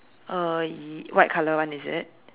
uh y~ white color one is it